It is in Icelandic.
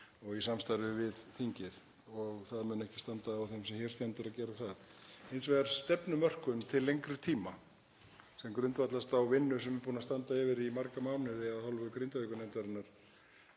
í samstarfi við þingið. Og það mun ekki standa á þeim sem hér stendur að gera það. Hins vegar er eðlilegt að stefnumörkun til lengri tíma, sem grundvallast á vinnu sem er búin að standa yfir í marga mánuði af hálfu Grindavíkurnefndarinnar,